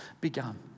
begun